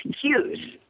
cues